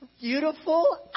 Beautiful